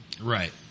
Right